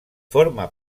forma